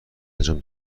انجام